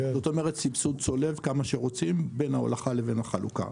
זאת אומרת סבסוד צולב כמה שרוצים בין ההולכה לבין החלוקה.